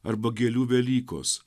arba gėlių velykos